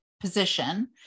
position